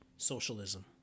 Socialism